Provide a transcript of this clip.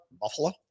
Buffalo